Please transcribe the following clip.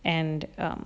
and um